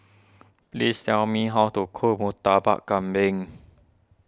please tell me how to cook Murtabak Kambing